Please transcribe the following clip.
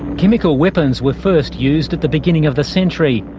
chemical weapons were first used at the beginning of the century.